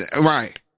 right